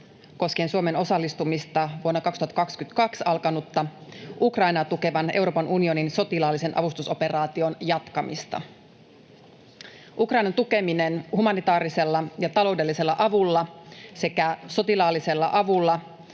koskien Suomen osallistumisen jatkamista — vuonna 2022 alkaneeseen sotaan liittyen — Ukrainaa tukevaan Euroopan unionin sotilaalliseen avustusoperaatioon. Ukrainan tukeminen humanitaarisella ja taloudellisella avulla sekä sotilaallisella avulla